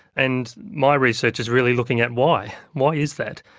and my research is really looking at why, why is that?